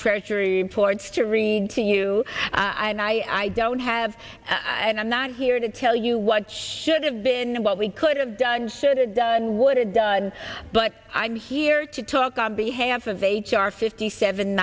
treasury reports to read to you and i don't have and i'm not here to tell you what should have been what we could have done should have done would have done but i'm here to talk on behalf of h r fifty seven